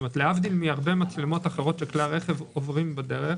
להבדיל מהרבה מצלמות אחרות שכלי הרכב עוברים בדרך,